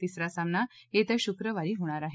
तिसरा सामना येत्या शुक्रवारी होणार आहे